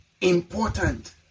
important